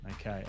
Okay